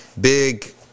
big